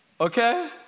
Okay